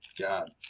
god